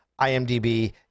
IMDb